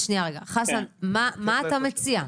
מה אתה מציע?